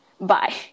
Bye